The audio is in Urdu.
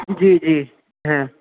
جی جی ہاں